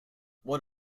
what